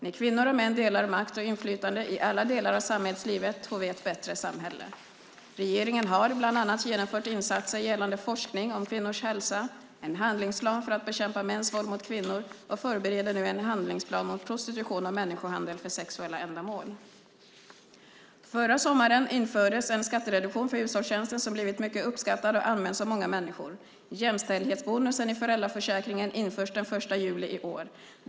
När kvinnor och män delar makt och inflytande i alla delar av samhällslivet får vi ett bättre samhälle. Regeringen har bland annat genomfört insatser gällande forskning om kvinnors hälsa, en handlingsplan för att bekämpa mäns våld mot kvinnor och förbereder nu en handlingsplan mot prostitution och människohandel för sexuella ändamål. Förra sommaren infördes en skattereduktion för hushållstjänster som blivit mycket uppskattad och används av många människor. Jämställdhetsbonusen i föräldraförsäkringen införs den 1 juli i år.